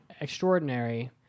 extraordinary